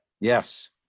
yes